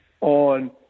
on